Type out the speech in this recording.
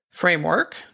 framework